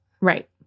Right